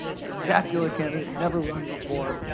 spectacular candidate, never run before.